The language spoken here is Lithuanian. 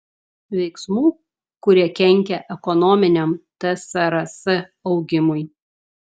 veiksmų kurie kenkia ekonominiam tsrs augimui